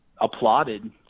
applauded